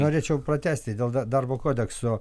norėčiau pratęsti dėl dar darbo kodekso